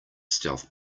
stealth